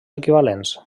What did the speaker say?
equivalents